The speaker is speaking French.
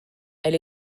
elle